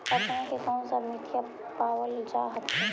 अपने के कौन सा मिट्टीया पाबल जा हखिन?